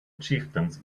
chieftains